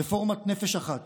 רפורמת נפש אחת